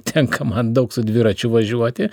tenka man daug su dviračiu važiuoti